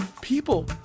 People